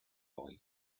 boy